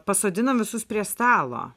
pasodinam visus prie stalo